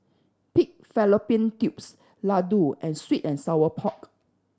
pig fallopian tubes laddu and sweet and sour pork